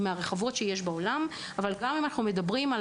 מהרחבות שיש בעולם אבל גם אם אנחנו מדברים על